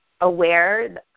aware